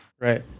right